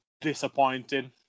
disappointing